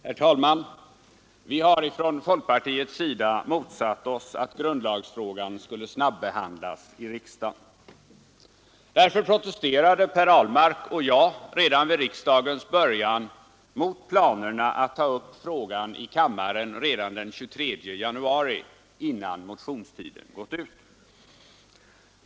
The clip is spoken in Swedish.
Herr talman! Vi har från folkpartiets sida motsatt oss att grundlagsfrågan skulle snabbehandlas i riksdagen. Därför protesterade Per Ahlmark och jag redan vid riksdagens början mot planerna på att ta upp frågan i kammaren redan den 23 januari, innan motionstiden gått ut.